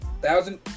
thousand